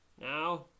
Now